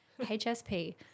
HSP